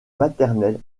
maternels